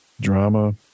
drama